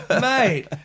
Mate